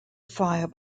fire